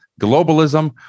globalism